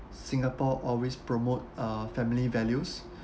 singapore always promote uh family values